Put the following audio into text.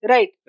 Right